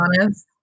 honest